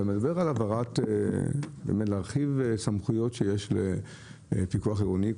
אתה מדבר על להרחיב סמכויות שיש לפיקוח עירוני.